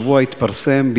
השבוע התפרסם,